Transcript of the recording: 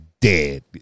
dead